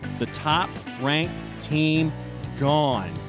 the top ranked team gone.